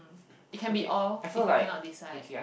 it can be all if you cannot decide